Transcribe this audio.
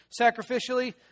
Sacrificially